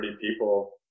people